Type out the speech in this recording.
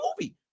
movie